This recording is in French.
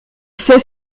fait